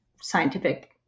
scientific